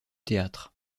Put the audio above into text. théâtre